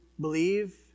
believe